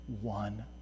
one